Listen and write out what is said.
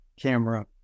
camera